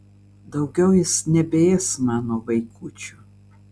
daugiau jis nebeės mano vaikučių